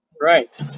Right